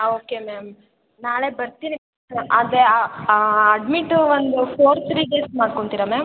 okay ma'am ನಾಳೆ ಬರ್ತೀನಿ ಆದರೆ ಅಡ್ಮಿಟ್ಟು ಒಂದು ಫೋರ್ ತ್ರೀ ಡೇಸ್ ಮಾಡ್ಕೊಳ್ತೀರ ಮ್ಯಾಮ್